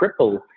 cripple